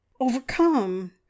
overcome